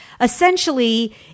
Essentially